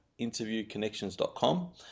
interviewconnections.com